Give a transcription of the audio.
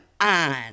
on